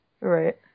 Right